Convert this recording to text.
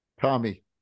Tommy